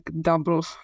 double